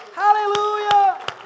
Hallelujah